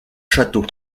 châteaux